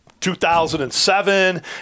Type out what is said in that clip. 2007